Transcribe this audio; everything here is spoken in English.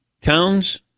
towns